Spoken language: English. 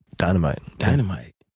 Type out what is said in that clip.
dynamite. and dynamite.